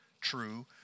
true